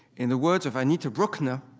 in the words of anita bruckner,